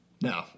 No